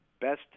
best